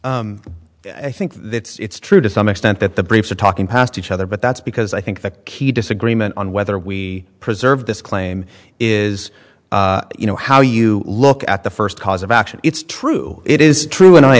every i think it's true to some extent that the briefs are talking past each other but that's because i think the key disagreement on whether we preserve this claim is you know how you look at the first cause of action it's true it is true and i